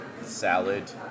salad